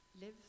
Live